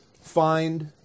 find